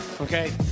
Okay